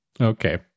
Okay